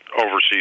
overseas